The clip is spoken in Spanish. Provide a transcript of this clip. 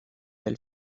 del